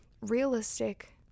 realistic